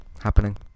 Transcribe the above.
happening